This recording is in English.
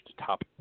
Top